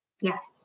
Yes